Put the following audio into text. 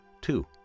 two